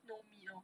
no meat lor